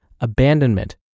abandonment